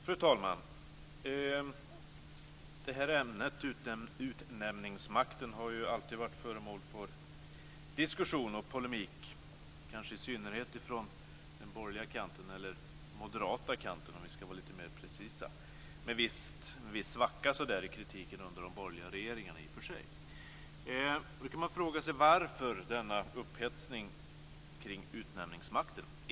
Fru talman! Det här ämnet, utnämningsmakten, har ju alltid varit föremål för diskussion och polemik, kanske i synnerhet från den borgerliga kanten eller den moderata kanten, om vi ska vara lite mer precisa. Det har i och för sig varit en viss svacka i kritiken under de borgerliga regeringarna. Då kan man fråga sig: Varför denna upphetsning kring utnämningsmakten?